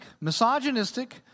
misogynistic